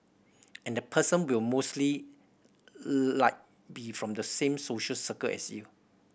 and the person will mostly like be from the same social circle as you